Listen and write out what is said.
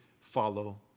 follow